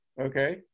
okay